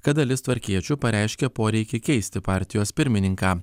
kad dalis tvarkiečių pareiškė poreikį keisti partijos pirmininką